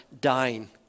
dying